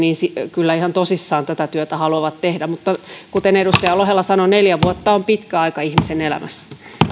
ja kyllä ihan tosissaan tätä työtä haluavat tehdä mutta kuten edustaja lohela sanoi neljä vuotta on pitkä aika ihmisen elämässä